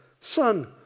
Son